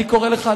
אני קורא לך,